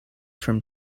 from